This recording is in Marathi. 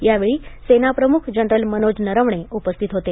यावेळी सेना प्रमुख जनरल मनोज नरवणे उपस्थित होते